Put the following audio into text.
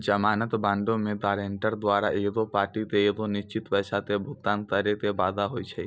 जमानत बांडो मे गायरंटर द्वारा एगो पार्टी के एगो निश्चित पैसा के भुगतान करै के वादा होय छै